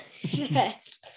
Yes